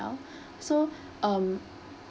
so um